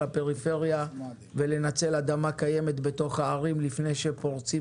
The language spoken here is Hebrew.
לפריפריה ולנצל אדמה קיימת בתוך הערים לפני שפורצים